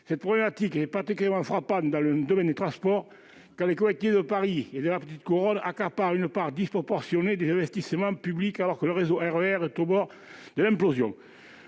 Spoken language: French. Cette problématique est particulièrement frappante dans le domaine des transports, quand les collectivités de Paris et de la petite couronne accaparent une part disproportionnée des investissements publics, alors que le réseau RER est au bord de l'implosion.